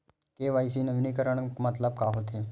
KYC नवीनीकरण के मतलब का होथे?